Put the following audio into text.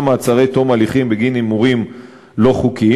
מעצרים עד תום הליכים בגין הימורים לא חוקיים.